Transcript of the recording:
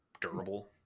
durable